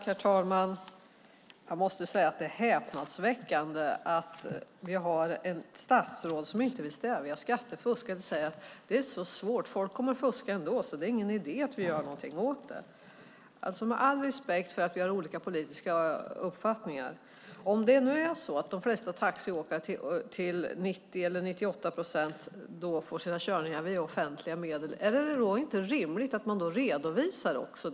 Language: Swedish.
Herr talman! Jag måste säga att det är häpnadsväckande att vi har ett statsråd som inte vill stävja skattefusk utan säger: Det är så svårt, folk kommer att fuska ändå, det är ingen idé att försöka göra någonting åt det. Med all respekt för att vi har olika politiska uppfattningar - men om taxiåkare till 90 eller 98 procent får sina körningar via offentliga medel är det då inte rimligt att redovisa det?